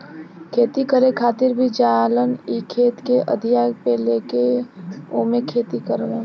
खेती करे खातिर भी जालन इ खेत के अधिया पे लेके ओमे खेती करलन